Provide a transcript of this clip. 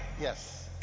yes